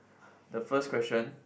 the first question